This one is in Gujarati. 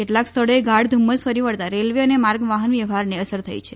કેટલાંક સ્થળોએ ગાઢ ધુમ્મસ ફરી વળતા રેલવે અને માર્ગ વાહન વ્યવહારને અસર થઈ છે